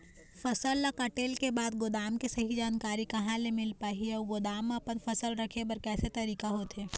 फसल ला कटेल के बाद गोदाम के सही जानकारी कहा ले मील पाही अउ गोदाम मा अपन फसल रखे बर कैसे तरीका होथे?